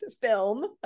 film